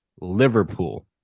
liverpool